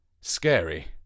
Scary